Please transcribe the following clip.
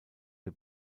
der